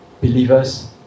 believers